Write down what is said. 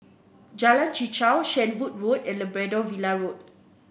Jalan Chichau Shenvood Road and Labrador Villa Road